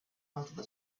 altıda